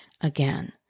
again